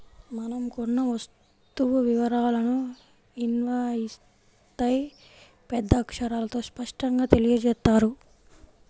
మనం కొన్న వస్తువు వివరాలను ఇన్వాయిస్పై పెద్ద అక్షరాలతో స్పష్టంగా తెలియజేత్తారు